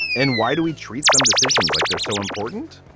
and why do we treat some decisions like they're so important?